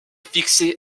fixée